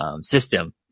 system